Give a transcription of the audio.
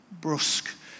brusque